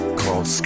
called